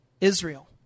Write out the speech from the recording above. Israel